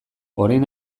orain